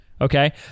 Okay